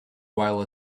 while